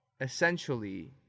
essentially